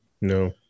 No